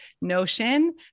notion